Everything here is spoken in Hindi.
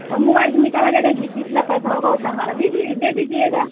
और मोबाईल से निकाला जाएगा जित जितना पैसा होगा उतना हमारा दीदिये दे दीजिएगा